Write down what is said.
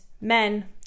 men